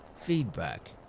Feedback